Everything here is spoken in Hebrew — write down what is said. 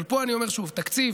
אבל פה אני אומר שוב: תקציב